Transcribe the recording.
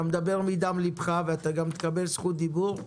אתה מדבר מדם ליבך ואתה גם תקבל זכות דיבור,